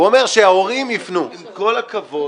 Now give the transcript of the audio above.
הוא אומר, שההורים יפנו.